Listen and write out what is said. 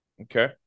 Okay